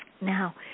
Now